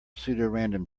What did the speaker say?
pseudorandom